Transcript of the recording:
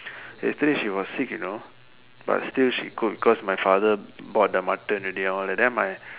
yesterday she was sick you know but still she cook cause my father bought the Mutton already and all then my